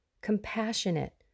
compassionate